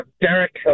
Derek